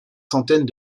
centaines